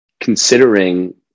considering